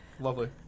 Lovely